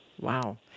Wow